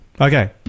Okay